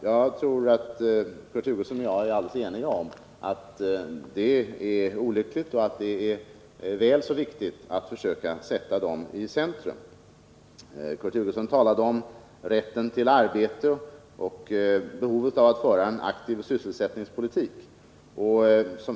Jag tror att Kurt Hugosson och jag är helt eniga om att det är olyckligt och att det är väl så viktigt att försöka sätta dem i centrum. Kurt Hugosson talade om rätten till arbete och behovet av att föra en aktiv sysselsättningspolitik.